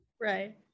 Right